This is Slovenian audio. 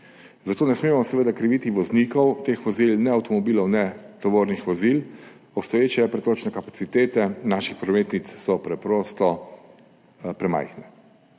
Za to seveda ne smemo kriviti voznikov teh vozil, ne avtomobilov, ne tovornih vozil, obstoječe pretočne kapacitete naših prometnic so preprosto premajhne.